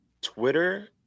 Twitter